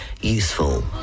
useful